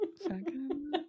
second